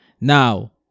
Now